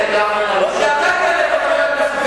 אדוני היושב-ראש, מה היית עושה?